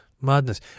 Madness